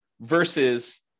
versus